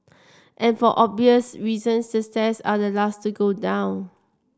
and for obvious reason the stairs are the last to go down